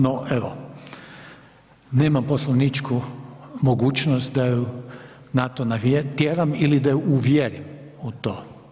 No, evo nemam poslovničku mogućnost da ju na to natjeram ili da ju uvjerim u to.